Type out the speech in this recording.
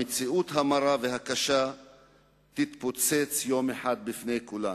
המציאות המרה והקשה תתפוצץ יום אחד בפני כולנו.